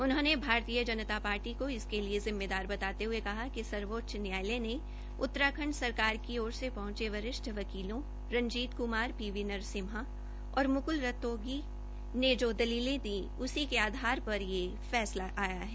उन्होंने भारतीय जनता पार्टी को इसके लिए जिम्मेदार बताते ह्ये कहा कि सर्वोच्च न्यायालय ने उत्तराखंड सरकार की ओर से पहंचे वरिष्ठ वकीलों रंजीत कुमार पी वी नरसिम्हा और मुकुल रोहतगी ने जो दलीलें दी उसी के आधार पर ये फैसला आया है